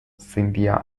cynthia